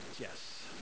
yes